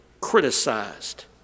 criticized